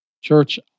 Church